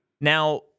Now